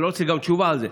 אני גם לא רוצה תשובה על זה,